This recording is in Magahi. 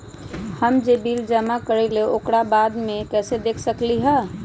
हम जे बिल जमा करईले ओकरा बाद में कैसे देख सकलि ह?